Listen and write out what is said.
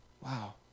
Wow